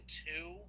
two